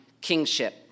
kingship